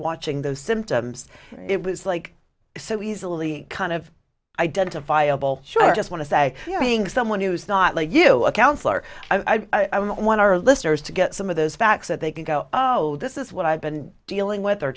watching those symptoms it was like so easily kind of identifiable should i just want to say being someone who's not like you a counselor i don't want our listeners to get some of those facts that they can go oh this is what i've been dealing with